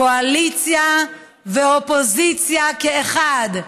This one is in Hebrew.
קואליציה ואופוזיציה כאחד,